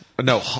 No